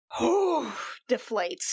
deflates